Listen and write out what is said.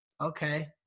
Okay